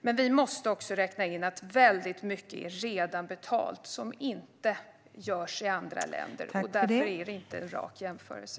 Men vi måste också räkna in att väldigt mycket som inte görs i andra länder redan är betalt. Därför är det inte en rak jämförelse.